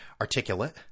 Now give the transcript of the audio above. articulate